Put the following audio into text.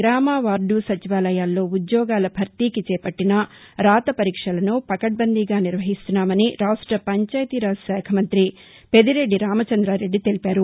గ్రామ వార్డు సచివాలయాల్లో ఉద్యోగాల భర్తీకి చేపట్లిన రాత పరీక్షలను పకడ్బందీగా నిర్వహిస్తున్నామని రాష్ట్ల పంచాయతీరాజ్శాఖ మంతి పెద్దిరెడ్డి రామచంద్రారెడ్డి తెలిపారు